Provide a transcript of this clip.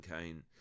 Kane